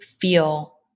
feel